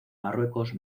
marruecos